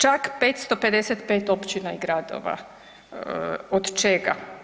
Čak 555 općina i gradova od čega?